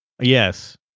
Yes